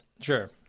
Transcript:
Sure